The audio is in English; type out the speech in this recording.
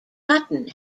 hutton